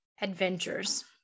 Adventures